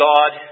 God